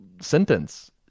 sentence